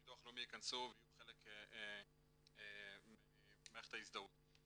ביטוח לאומי ייכנסו ויהיו חלק ממערכת ההזדהות.